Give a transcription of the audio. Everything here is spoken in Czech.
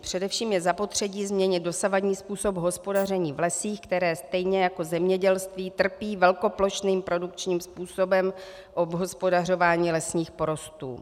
Především je zapotřebí změnit dosavadní způsob hospodaření v lesích, které stejně jako zemědělství trpí velkoplošným produkčním způsobem obhospodařování lesních porostů.